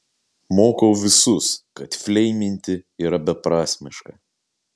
mokau visus kad fleiminti yra beprasmiška